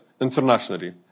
internationally